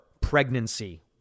pregnancy